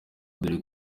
dore